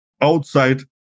outside